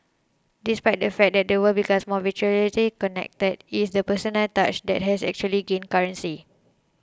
despite the fact that the world becomes more virtually connected is the personal touch that has actually gained currency